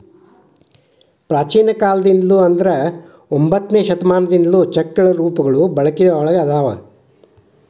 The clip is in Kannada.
ಪ್ರಾಚೇನ ಕಾಲದಿಂದ್ಲು ಅಂದ್ರ ಒಂಬತ್ತನೆ ಶತಮಾನದಿಂದ್ಲು ಚೆಕ್ಗಳ ರೂಪಗಳು ಬಳಕೆದಾಗ ಅದಾವ